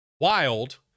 wild